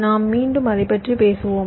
நாம் மீண்டும் அதை பற்றி பேசுவோம்